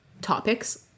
topics